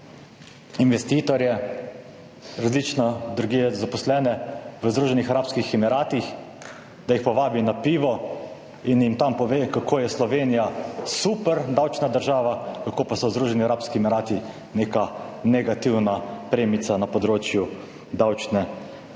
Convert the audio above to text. investitorje, zaposlene v Združenih arabskih emiratih, da jih povabi na pivo in jim tam pove, kako je Slovenija super davčna država, kako pa so Združeni arabski emirati neka negativna premica na področju davčne zakonodaje.